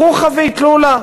חוכא ואטלולא,